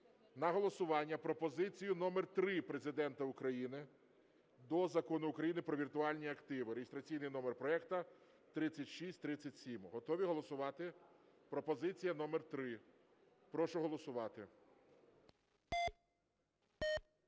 на голосування пропозицію номер 3 Президента України до Закону України "Про віртуальні активи" (реєстраційний номер проекту 3637). Готові голосувати? Пропозиція номер 3. Прошу голосувати.